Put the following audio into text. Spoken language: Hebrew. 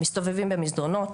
מסתובבים במסדרונות,